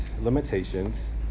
limitations